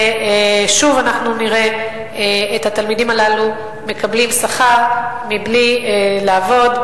ושוב אנחנו נראה את התלמידים הללו מקבלים שכר בלי לעבוד.